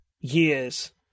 years